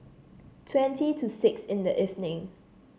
twenty to six in the evening